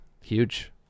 huge